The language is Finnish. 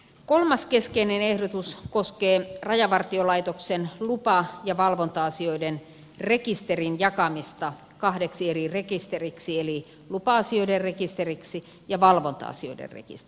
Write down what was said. kolmas keskeinen ehdotus koskee rajavartiolaitoksen lupa ja valvonta asioiden rekisterin jakamista kahdeksi eri rekisteriksi eli lupa asioiden rekisteriksi ja valvonta asioiden rekisteriksi